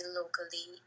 locally